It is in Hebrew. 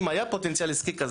של כלים.